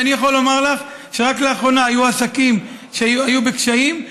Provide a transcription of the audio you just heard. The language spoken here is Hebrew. ואני יכול לומר לך שרק לאחרונה היו עסקים שהיו בקשיים,